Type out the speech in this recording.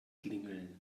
klingeln